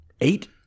eight